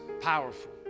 powerful